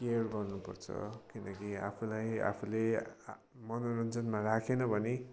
care गर्नुपर्छ किनकि आफूलाई आफूले मनोरञ्जनमा राखेन भने